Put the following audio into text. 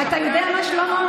אתה יודע מה, שלמה?